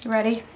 Ready